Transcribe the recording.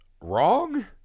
wrong